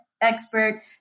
expert